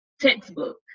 textbook